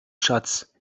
schatz